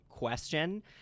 question